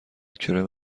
کرم